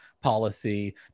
policy